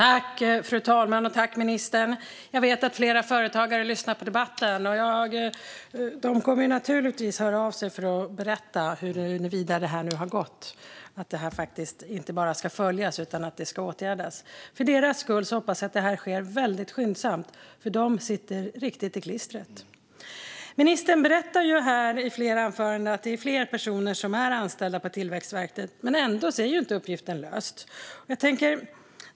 Fru talman! Jag vet att flera företagare lyssnar på debatten. De kommer naturligtvis att höra av sig för att berätta huruvida det här har gått, att det här inte bara ska följas utan att det ska åtgärdas. För deras skull hoppas jag att det sker väldigt skyndsamt, för de sitter riktigt i klistret. Ministern berättar i flera anföranden att det nu är fler personer anställda på Tillväxtverket. Ändå är inte uppgiften löst.